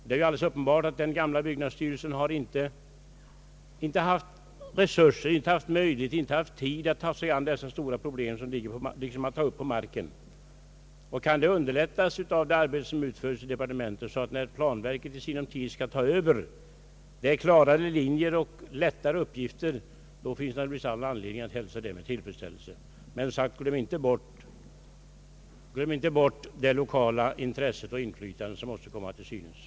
Det är uppenbart att den gamla byggnadsstyrelsen inte har haft resurser och tid att ta sig an dessa stora problem. Om det arbete som nu utföres i departementet kan bidra till att skapa klarare riktlinjer när planverket i sinom tid skall ta över, finns det all anledning hälsa detta med tillfredsställelse. Glöm emellertid inte bort att slå vakt om det lokala intresse och inflytande som måste tas till vara.